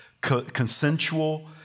consensual